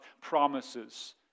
promises